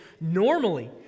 normally